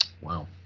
Wow